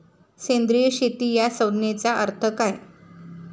सेंद्रिय शेती या संज्ञेचा अर्थ काय?